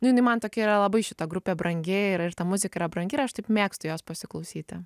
nu jinai man tokia yra labai šita grupė brangi ir ir ta muzika yra brangi ir aš taip mėgstu jos pasiklausyti